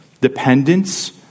dependence